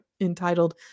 entitled